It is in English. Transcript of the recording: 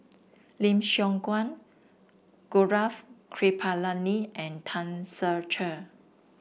Lim Siong Guan Gaurav Kripalani and Tan Ser Cher